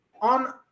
on